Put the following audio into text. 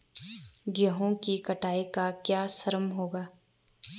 गेहूँ की कटाई का क्या श्रम होगा?